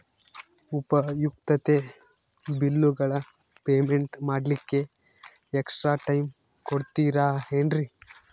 ಉಪಯುಕ್ತತೆ ಬಿಲ್ಲುಗಳ ಪೇಮೆಂಟ್ ಮಾಡ್ಲಿಕ್ಕೆ ಎಕ್ಸ್ಟ್ರಾ ಟೈಮ್ ಕೊಡ್ತೇರಾ ಏನ್ರಿ?